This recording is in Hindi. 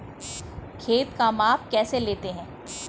खेत का माप कैसे लेते हैं?